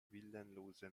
willenlose